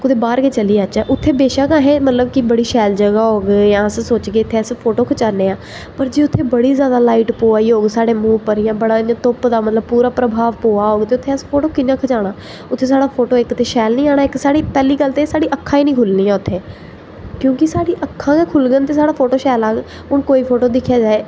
कुदै बाह्र गै चली जाचै उ'त्थें बेशक्क असें मतलब की बड़ी शैल जगह् होग जां अस सोचगे इ'त्थें अस फोटो खचाने आं पर जे उ'त्थें बड़ी जादा लाइट प'वा दी होग साढ़े मुंह् पर जां बड़ा इ'यां धुप्प दा मतलब पूरा प्रभाव प'वा दा होग ते उ'त्थें असें फोटो कि'यां खचाना उ'त्थें साढ़ा फोटो इक ते शैल निं आना ते पैह्ली गल्ल ते साढ़ी अक्खां गै निं खु'ल्लनियां उ'त्थें क्योंकि साढ़ी अक्खां गै खुलङन ते साढ़ा फोटो शैल आह्ग हून कोई फोटो दिक्खेआ जाए